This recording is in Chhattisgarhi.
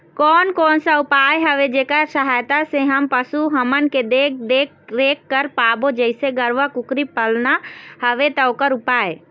कोन कौन सा उपाय हवे जेकर सहायता से हम पशु हमन के देख देख रेख कर पाबो जैसे गरवा कुकरी पालना हवे ता ओकर उपाय?